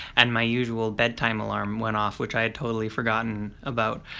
and my usual bedtime alarm went off, which i had totally forgotten about.